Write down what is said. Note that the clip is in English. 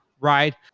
right